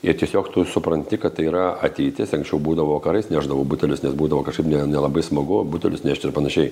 ir tiesiog tu supranti kad tai yra ateitis anksčiau būdavo vakarais nešdavau butelius nes būdavo kažkaip nelabai smagu butelius nešt ir panašiai